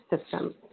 system